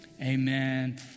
amen